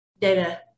data